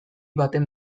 baten